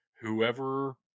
whoever